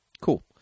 Cool